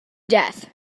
death